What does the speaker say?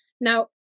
Now